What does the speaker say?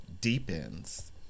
deepens